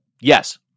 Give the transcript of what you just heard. Yes